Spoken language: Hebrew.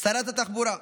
שרת התחבורה,